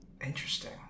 Interesting